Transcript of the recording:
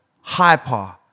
Hyper